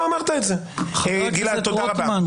חבר הכנסת רוטמן,